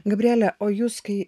gabrielė o jus kai